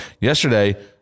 Yesterday